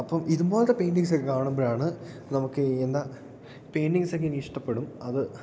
അപ്പം ഇതുപോലത്തെ പെയിൻറ്റിങ്സ് ഒക്കെ കാണുമ്പോഴാണ് നമുക്ക് എന്താ പെയിൻറ്ററിങ്സ് ഒക്കെ ഇനി ഇഷ്ടപ്പെടും അത്